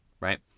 right